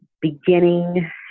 beginning